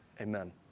amen